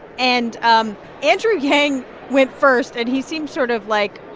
and um andrew yang went first, and he seemed sort of like,